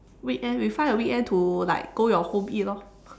weekend we find a weekend to like go your home eat lor